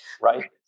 right